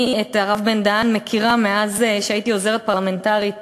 אני את הרב בן-דהן מכירה מאז שהייתי עוזרת פרלמנטרית